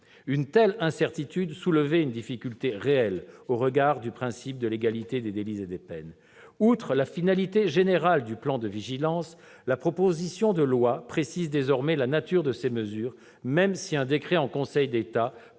Une telle incertitude soulevait une difficulté réelle au regard du principe de légalité des délits et des peines. Outre la finalité générale du plan de vigilance, la proposition de loi précise désormais la nature de ces mesures, même si un décret en Conseil d'État